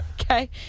Okay